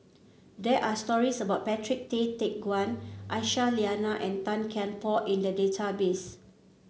there are stories about Patrick Tay Teck Guan Aisyah Lyana and Tan Kian Por in the database